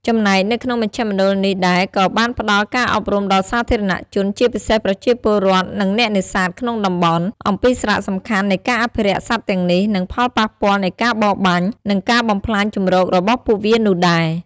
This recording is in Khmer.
ចំណែកនៅក្នុងមជ្ឈមណ្ឌលនេះដែរក៏បានផ្តល់ការអប់រំដល់សាធារណៈជន ជាពិសេសប្រជាពលរដ្ឋ និងអ្នកនេសាទក្នុងតំបន់ អំពីសារៈសំខាន់នៃការអភិរក្សសត្វទាំងនេះ និងផលប៉ះពាល់នៃការបរបាញ់ និងការបំផ្លាញជម្រករបស់ពួកវានោះដែរ ។